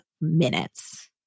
minutes